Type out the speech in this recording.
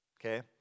okay